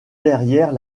derrière